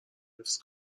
حفظ